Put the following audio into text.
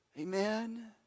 Amen